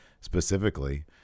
specifically